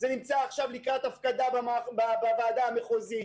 זה נמצא עכשיו לקראת הפקדה בוועדה המחוזית.